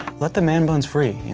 let the man buns free.